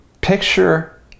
Picture